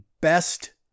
best